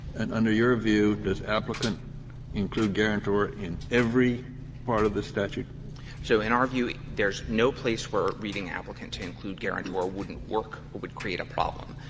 and under your view, does applicant include guarantor in every part of the statute? fletcher so in our view, there's no place where reading applicant to include guarantor wouldn't work or would create a problem.